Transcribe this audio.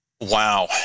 Wow